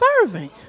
serving